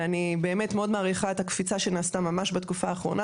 ואני באמת מאוד מעריכה את הקפיצה שנעשתה ממש בתקופה האחרונה,